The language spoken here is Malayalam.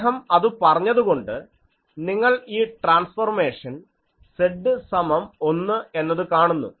അദ്ദേഹം അത് പറഞ്ഞതുകൊണ്ട് നിങ്ങൾ ഈ ട്രാൻസ്ഫോർമേഷൻ Z 1 എന്നത് കാണുന്നു